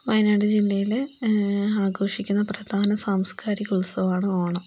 വയനാട് ജില്ലയിൽ ആഘോഷിക്കുന്ന പ്രധാന സാംസ്കാരിക ഉത്സവമാണ് ഓണം